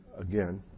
again